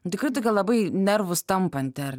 nu tikrai tokia labai nervus tampanti ar